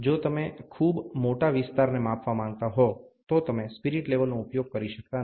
જો તમે ખૂબ મોટા વિસ્તારને માપવા માંગતા હો તો તમે સ્પિરિટ લેવલનો ઉપયોગ કરી શકતા નથી